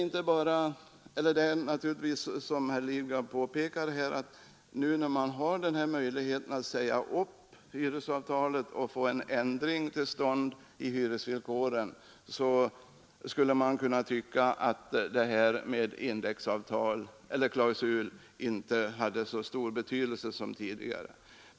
När man nu har möjlighet att säga upp hyresavtalet och få till stånd en ändring i hyresvillkoren kan man naturligtvis, som herr Lidgard påpe kade, tycka att indexklausulen inte har så stor betydelse som tidigare.